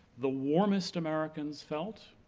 the warmest americans felt